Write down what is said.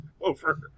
over